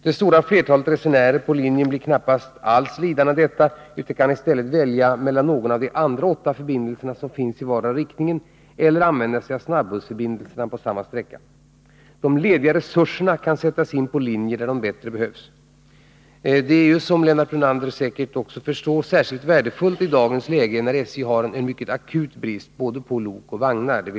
Det stora flertalet resenärer på linjen blir knappast alls lidande av detta utan kan i stället välja mellan någon av de andra åtta förbindelserna som finns i vardera riktningen eller använda sig av snabbussförbindelserna på samma sträcka. De lediga resurserna kan sättas in på linjer där de bättre behövs. Detta är, som Lennart Brunander säkert förstår, särskilt värdefullt i dagens läge, när SJ har en akut brist på både lok och vagnar.